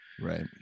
Right